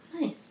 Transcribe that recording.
Nice